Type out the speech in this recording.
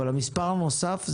אבל המספר הנוסף,